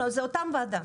לא, זו אותה ועדה.